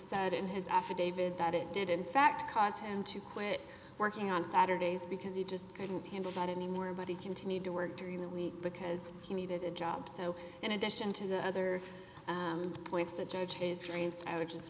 said in his affidavit that it did in fact cause him to quit working on saturdays because he just couldn't handle that anymore but he continued to work during the week because he needed a job so in addition to the other choice the judge has raised i would just